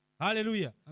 Hallelujah